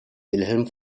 wilhelm